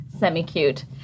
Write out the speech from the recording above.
semi-cute